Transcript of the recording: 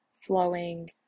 flowing